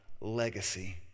legacy